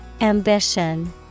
Ambition